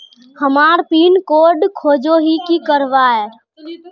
हमार pin code खोजोही की करवार?